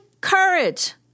courage